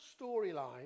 storyline